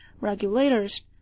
regulators